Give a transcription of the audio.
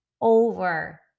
over